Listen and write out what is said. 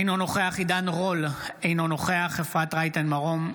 אינו נוכח עידן רול, אינו נוכח אפרת רייטן מרום,